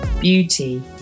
beauty